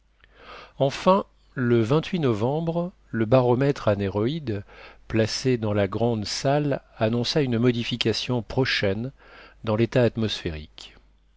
enfin le novembre le baromètre anéroïde placé dans la grande salle annonça une modification prochaine dans l'état atmosphérique